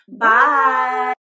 Bye